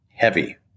heavy